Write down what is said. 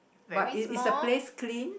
but is is the place clean